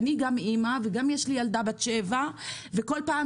אני גם אמא ויש לי ילדה בת שבע וכל פעם